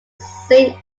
saint